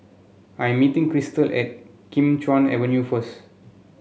I am meeting Crystal at Kim Chuan Avenue first